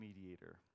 mediator